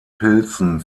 pilzen